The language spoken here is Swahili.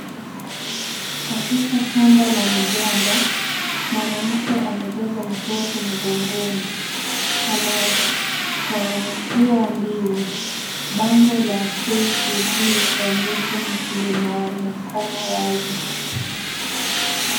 Katika shamba la migomba, mwanamke amebeba mtoto mgongoni. Anakagua ndizi. Bango la KCB Foundation linaonekana wazi.